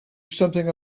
something